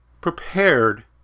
prepared